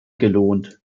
gelohnt